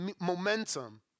momentum